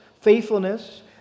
faithfulness